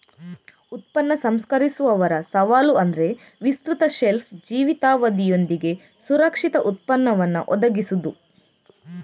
ಉತ್ಪನ್ನ ಸಂಸ್ಕರಿಸುವವರ ಸವಾಲು ಅಂದ್ರೆ ವಿಸ್ತೃತ ಶೆಲ್ಫ್ ಜೀವಿತಾವಧಿಯೊಂದಿಗೆ ಸುರಕ್ಷಿತ ಉತ್ಪನ್ನವನ್ನ ಒದಗಿಸುದು